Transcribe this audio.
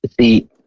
See